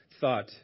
thought